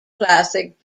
classic